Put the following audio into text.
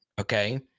Okay